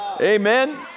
Amen